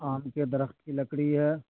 آم کے درخت کی لکڑی ہے